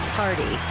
party